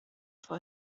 for